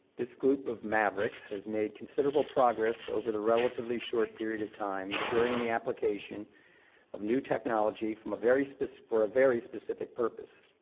this group of mavericks has made considerable progress over the relatively short period of time, ensuring the application of new technology from a very for a very specific purpose.